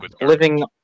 living